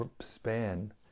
span